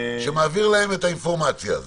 שמעביר להם את האינפורמציה הזאת.